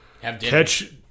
catch